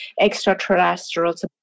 extraterrestrials